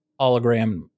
hologram